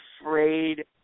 afraid